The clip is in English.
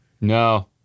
No